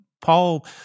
Paul